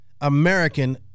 American